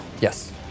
Yes